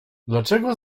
dlaczego